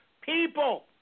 people